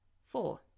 Four